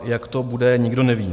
Jak to bude, nikdo neví.